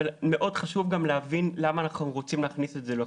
אבל גם מאוד חשוב להבין למה אנחנו רוצים להכניס את זה לחוק.